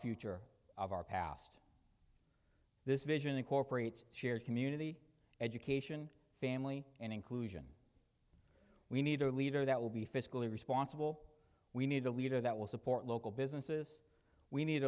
future of our past this vision incorporates shared community education family and inclusion we need a leader that will be fiscally responsible we need a leader that will support local businesses we need